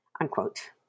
unquote